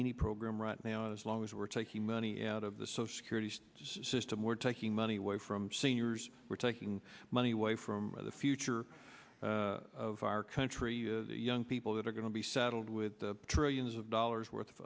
any program right now as long as we're taking money out of the social security system we're taking money away from seniors we're taking money away from the future of our country young people that are going to be saddled with the trillions of dollars worth of